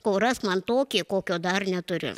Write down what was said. sakau rask man tokį kokio dar neturiu